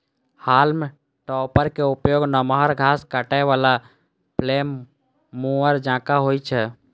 हाल्म topper के उपयोग नमहर घास काटै बला फ्लेम मूवर जकां होइ छै